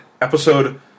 episode